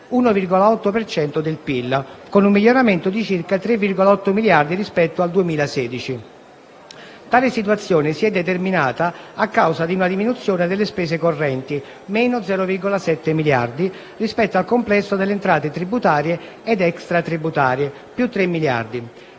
cento del PIL), con un miglioramento di circa 3,8 miliardi rispetto al 2016. Tale situazione si è determinata a causa di una diminuzione delle spese correnti (-0,7 miliardi) rispetto al complesso delle entrate tributarie ed extratributarie (+3 miliardi).